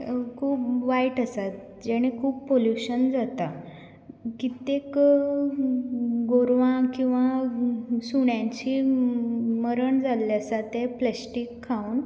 खूब वायट आसा जेणें खूब पल्यूशन जाता कित्याक गोरवां किंवा सुण्यांचें मरण जाल्लें आसा तें प्लासटीक खावन